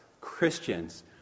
Christians